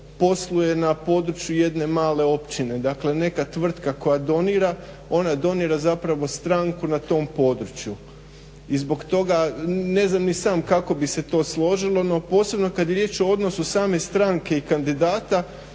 posluje na području jedne male općine. Dakle, neka tvrtka koja donira ona donira zapravo stranku na tom području. I zbog toga ne znam ni sam kako bi se to složilo no posebno kad je riječ o odnosu same stranke i kandidata